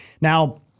Now